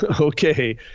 Okay